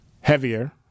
Heavier